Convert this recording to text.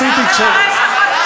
ככה עשיתי, למה?